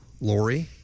lori